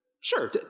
sure